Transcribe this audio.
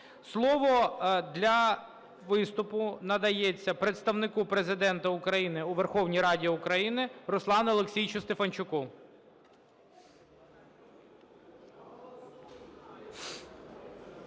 Слово для виступу надається Представнику Президента України у Верховній Раді України Руслану Олексійовичу Стефанчуку.